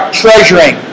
treasuring